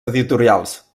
editorials